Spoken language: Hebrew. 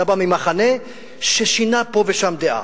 אתה בא ממחנה ששינה פה ושם דעה.